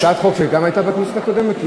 את הצעת החוק הזאת הגשת גם בכנסת הקודמת?